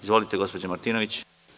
Izvolite, gospođo Martinović.